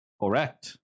Correct